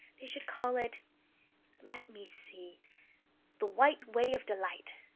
they should call it let me see the white way of delight.